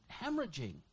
hemorrhaging